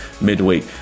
midweek